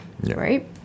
right